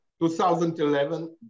2011